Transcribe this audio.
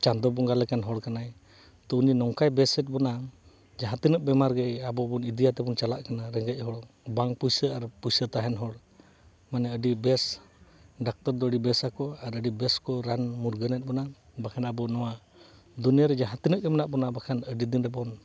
ᱪᱟᱸᱫᱳ ᱵᱚᱸᱜᱟ ᱞᱮᱠᱟᱱ ᱦᱚᱲ ᱠᱟᱱᱟᱭ ᱛᱳ ᱩᱱᱤ ᱱᱚᱝᱠᱟᱭ ᱵᱮᱥᱮᱜ ᱵᱚᱱᱟ ᱡᱟᱦᱟᱸ ᱛᱤᱱᱟᱹᱜ ᱵᱤᱢᱟᱨ ᱜᱮ ᱟᱵᱚ ᱤᱫᱤ ᱠᱟᱛᱮᱫ ᱵᱚᱱ ᱪᱟᱞᱟᱜ ᱠᱟᱱᱟ ᱨᱮᱸᱜᱮᱡ ᱦᱚᱲ ᱵᱟᱝ ᱯᱩᱭᱥᱟᱹ ᱟᱨ ᱯᱩᱭᱥᱟᱹ ᱛᱟᱦᱮᱱ ᱦᱚᱲ ᱢᱟᱱᱮ ᱟᱹᱰᱤ ᱵᱮᱥ ᱰᱟᱠᱛᱚᱨ ᱫᱚ ᱟᱹᱰᱤ ᱵᱮᱥ ᱟᱠᱚ ᱟᱨ ᱟᱹᱰᱤ ᱵᱮᱥ ᱠᱚ ᱨᱟᱱ ᱢᱩᱨᱜᱟᱹᱱᱮᱫ ᱵᱚᱱᱟ ᱵᱟᱠᱷᱟᱱ ᱟᱵᱚ ᱱᱚᱣᱟ ᱫᱩᱱᱤᱭᱟᱹ ᱨᱮ ᱡᱟᱦᱟᱸ ᱛᱤᱱᱟᱹᱜ ᱜᱮ ᱢᱮᱱᱟᱜ ᱵᱚᱱᱟ ᱵᱟᱠᱷᱟᱱ ᱟᱹᱰᱤ ᱫᱤᱱ ᱨᱮᱵᱚᱱ